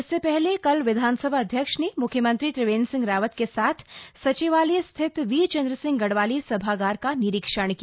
इससे पहले कल विधानसभा अध्यक्ष ने म्ख्यमंत्री त्रिवेंद्र सिंह रावत के साथ सचिवालय स्थित वीर चंद्र सिंह गढ़वाली सभागार का निरीक्षण किया